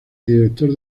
director